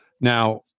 Now